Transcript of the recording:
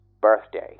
...birthday